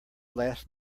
last